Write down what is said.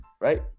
right